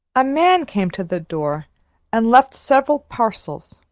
a man came to the door and left several parcels.